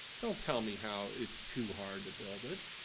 don't tell me how it's too hard to build it.